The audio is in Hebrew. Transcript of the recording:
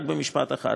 רק במשפט אחד,